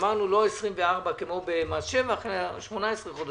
אמרנו לא 24 כמו במס שבח אלא 18 חודשים.